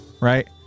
right